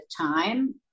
time